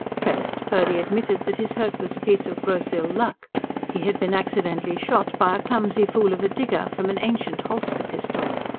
pressed, purdy admitted that his hurt was a piece of gross ill-luck he had been accidentally shot by a clumsy fool of a digger, from an ancient holster-pistol.